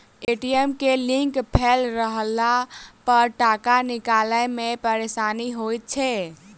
ATM के link fail रहलापर टाका निकालै मे परेशानी होइत छै